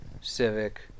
civic